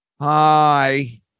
Hi